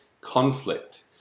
conflict